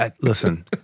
Listen